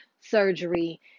surgery